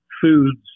foods